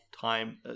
time